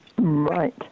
Right